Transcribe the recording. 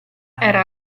era